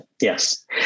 Yes